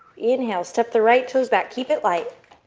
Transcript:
inhale, step the right toes back, keep it light.